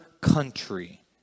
country